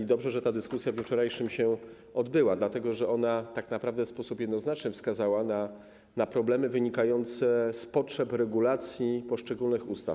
To dobrze, że ta dyskusja w dniu wczorajszym się odbyła, dlatego że ona tak naprawdę w sposób jednoznaczny wskazała na problemy wynikające z potrzeb regulacji w zakresie poszczególnych ustaw.